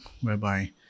whereby